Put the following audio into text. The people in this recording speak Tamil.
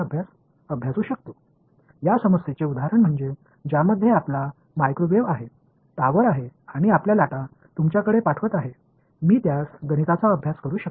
உங்கள் சிக்கலுக்கு எடுத்துக்காட்டாக உங்களுக்கு அலைகளை அனுப்பும் மைக்ரோவேவ் டவர் அதை கணித ரீதியாக படிக்க முடியும் அது ஏன் ஆர்வமாக இருக்கும்